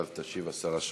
תשיב השרה שקד.